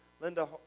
Linda